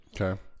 Okay